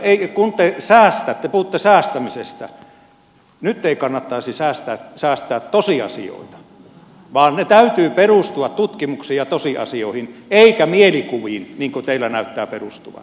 nyt kun te säästätte te puhutte säästämisestä ei kannattaisi säästää tosiasioita vaan niiden täytyy perustua tutkimuksiin ja tosiasioihin eikä mielikuviin niin kuin teillä näyttää perustuvan